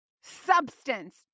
substance